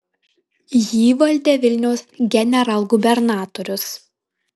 jį valdė vilniaus generalgubernatorius